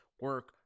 Work